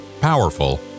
powerful